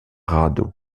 radeau